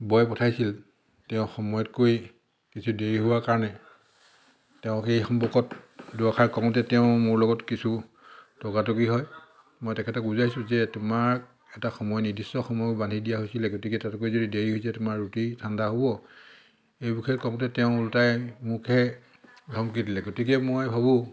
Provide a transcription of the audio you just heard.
বয় পঠাইছিল তেওঁ সময়তকৈ কিছু দেৰি হোৱাৰ কাৰণে তেওঁ সেই সম্পৰ্কত দুআষাৰ কওঁতে তেওঁৰ মোৰ লগত কিছু তৰ্কাতৰ্কি হয় মই তেখেতক বুজাইছো যে তোমাক এটা সময় নিৰ্দিষ্ট সময় বান্ধি দিয়া হৈছিলে গতিকে তাতোকৈ যদি দেৰি হৈছে তোমাৰ ৰুটি ঠাণ্ডা হ'ব সেই বিষয়ে কওঁতে তেওঁ ওলোটাই মোকহে ধমকি দিলে গতিকে মই ভাবো